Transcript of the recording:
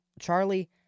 Charlie